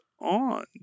on